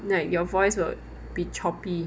like your voice will be choppy